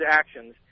actions